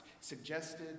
suggested